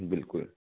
बिल्कुल